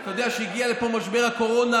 אתה יודע, כשהגיע לפה משבר הקורונה,